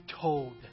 told